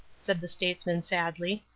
said the statesman sadly.